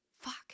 fuck